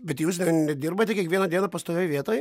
bet jūs nedirbate kiekvieną dieną pastovioj vietoj